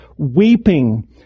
Weeping